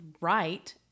right